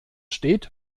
steht